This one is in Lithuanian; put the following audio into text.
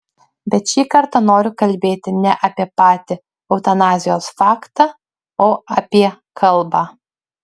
bet šį kartą noriu kalbėti ne apie patį eutanazijos faktą o apie kalbą